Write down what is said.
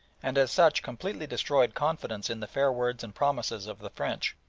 and as such completely destroyed confidence in the fair words and promises of the french.